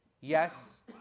yes